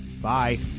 bye